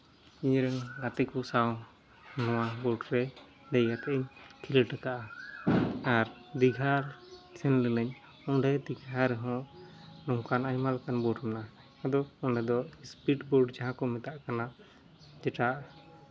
ᱤᱧ ᱨᱮᱱ ᱜᱟᱛᱮ ᱠᱚ ᱥᱟᱶ ᱱᱚᱣᱟ ᱵᱳᱰ ᱨᱮ ᱫᱮᱡ ᱠᱟᱛᱮᱫ ᱤᱧ ᱠᱷᱮᱞᱚᱸᱰ ᱠᱟᱜᱼᱟ ᱟᱨ ᱫᱤᱜᱷᱟ ᱥᱮᱱ ᱞᱮᱱᱟᱹᱧ ᱫᱤᱜᱷᱟ ᱨᱮᱦᱚᱸ ᱱᱚᱝᱠᱟᱱ ᱟᱭᱢᱟ ᱞᱮᱠᱟᱱ ᱵᱳᱰ ᱢᱮᱱᱟᱜᱼᱟ ᱟᱫᱚ ᱚᱸᱰᱮ ᱫᱚ ᱥᱯᱤᱰ ᱵᱳᱰ ᱡᱟᱦᱟᱸ ᱠᱚ ᱢᱮᱛᱟᱜ ᱠᱟᱱᱟ ᱡᱮᱴᱟ